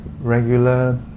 regular